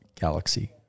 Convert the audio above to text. Galaxy